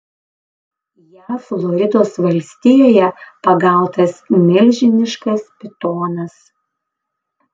jav floridos valstijoje pagautas milžiniškas pitonas